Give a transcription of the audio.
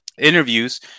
interviews